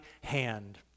hand